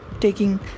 taking